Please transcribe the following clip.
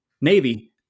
Navy